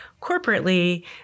corporately